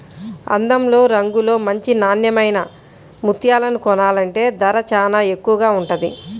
అందంలో, రంగులో మంచి నాన్నెమైన ముత్యాలను కొనాలంటే ధర చానా ఎక్కువగా ఉంటది